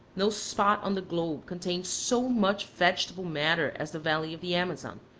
no spot on the globe contains so much vegetable matter as the valley of the amazon.